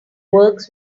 works